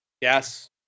Yes